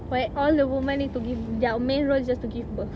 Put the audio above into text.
where all the women need to give their main role is just to give birth